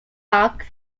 park